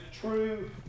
true